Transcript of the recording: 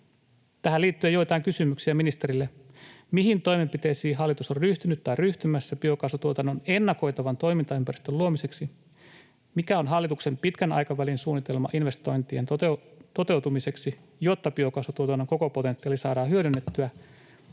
Tähän liittyen joitain kysymyksiä ministerille: Mihin toimenpiteisiin hallitus on ryhtynyt tai ryhtymässä biokaasutuotannon ennakoitavan toimintaympäristön luomiseksi? Mikä on hallituksen pitkän aikavälin suunnitelma investointien toteutumiseksi, jotta biokaasutuotannon koko potentiaali saadaan hyödynnettyä?